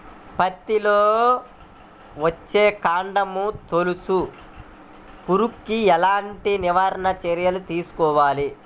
పత్తిలో వచ్చుకాండం తొలుచు పురుగుకి ఎలాంటి నివారణ చర్యలు తీసుకోవాలి?